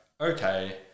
okay